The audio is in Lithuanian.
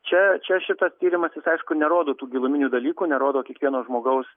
čia čia šitas tyrimas jis aišku nerodo tų giluminių dalykų nerodo kiekvieno žmogaus